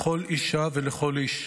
לכל אישה ולכל איש,